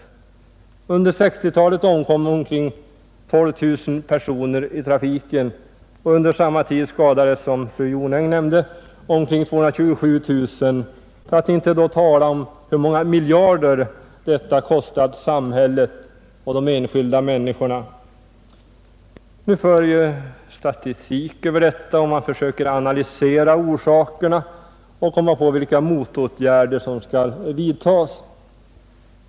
Under 1960-talet omkom omkring 12 000 personer i trafiken, och under samma tid skadades, som fru Jonäng nämnde, omkring 227 000, för att inte tala om hur många miljarder kronor detta kostat samhället och de enskilda människorna. Vi för statistik över detta, och man försöker analysera orsakerna och komma på vilka motåtgärder som skall vidtas.